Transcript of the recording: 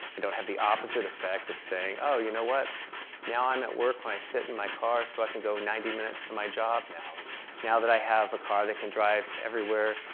and don't have the opposite effect of saying oh, you know what now i'm at work when i sit in my car so i can go ninety minutes to my job. now, and that i have a car that can drive everywhere,